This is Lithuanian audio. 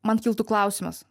man kiltų klausimas